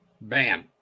Bam